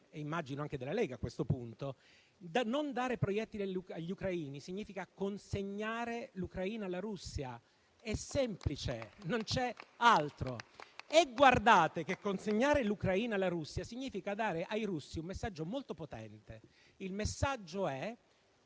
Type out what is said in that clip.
5 Stelle e anche della Lega a questo punto - perché non dare proiettili agli ucraini significa consegnare l'Ucraina alla Russia: è semplice, non c'è altro. Guardate che consegnare l'Ucraina alla Russia significa dare ai russi un messaggio molto potente: procedete,